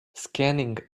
scanning